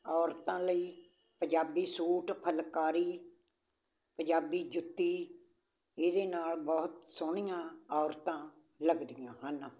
ਔਰਤਾਂ ਲਈ ਪੰਜਾਬੀ ਸੂਟ ਫੁਲਕਾਰੀ ਪੰਜਾਬੀ ਜੁੱਤੀ ਇਹਦੇ ਨਾਲ ਬਹੁਤ ਸੋਹਣੀਆ ਔਰਤਾਂ ਲੱਗਦੀਆਂ ਹਨ